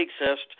exist